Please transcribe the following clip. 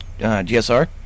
gsr